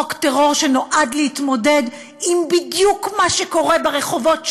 חוק טרור שנועד להתמודד עם בדיוק מה שקורה ברחובות שלנו,